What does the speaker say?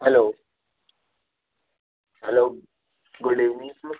hello hello good evening sir